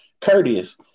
Courteous